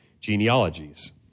genealogies